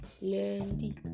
Lundi